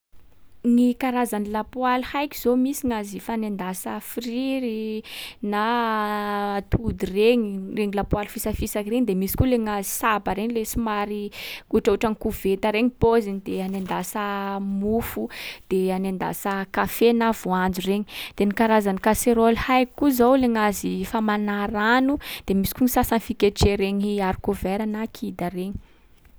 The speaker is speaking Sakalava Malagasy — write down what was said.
Gny karazan’ny lapoaly haiko zao, misy gnazy fanendasa friry, na atody regny, regny lapoaly fisafisaky regny. De misy koa le gnazy saba regny le somary, ohatrohatran’ny koveta regny paoziny de anendasa mofo, de anendasa kafe na voanjo regny. De ny karazan’ny kaseraoly haiko koa zao le gnazy famana rano, de misy koa ny sasa fiketreha regny haricot vert na kida regny.